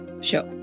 Sure